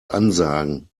ansagen